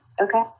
Okay